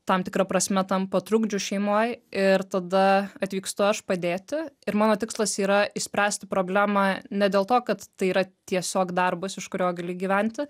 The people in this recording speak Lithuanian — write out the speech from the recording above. tam tikra prasme tampa trukdžiu šeimoj ir tada atvykstu aš padėti ir mano tikslas yra išspręsti problemą ne dėl to kad tai yra tiesiog darbas iš kurio gali gyventi